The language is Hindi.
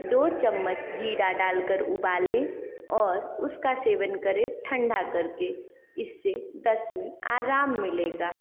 दो चम्मच जीरा डालकर उबालें और उसका सेवन करें ठंडा करके इससे दस्त में आराम मिलेगा